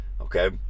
okay